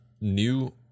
new